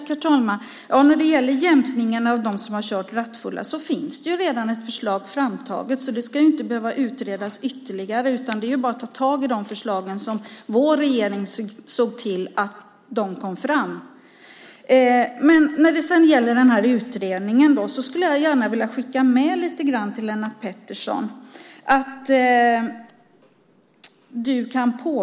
Herr talman! När det gäller jämkningen för dem som kört rattfulla finns redan ett förslag framtaget, så detta ska väl inte behöva utredas ytterligare. Det är ju bara att ta tag i de förslag som vårt partis regering såg till att ta fram. Angående utredningen skulle jag gärna vilja skicka med Lennart Pettersson lite saker.